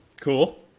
cool